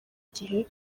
igihe